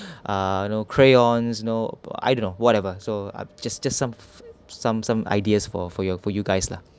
uh you know crayons you know I don't know whatever so I'll just just some some some ideas for for your for you guys lah